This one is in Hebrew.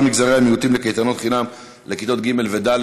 מגזרי המיעוטים לגבי קייטנות חינם לכיתות ג' ד',